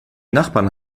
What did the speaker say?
nachbarn